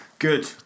Good